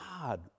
God